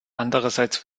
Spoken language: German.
andererseits